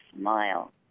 smile